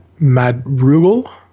Madrugal